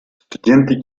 студенты